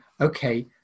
okay